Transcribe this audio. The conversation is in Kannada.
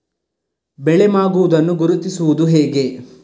ಬೆಳೆ ಮಾಗುವುದನ್ನು ಗುರುತಿಸುವುದು ಹೇಗೆ?